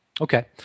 okay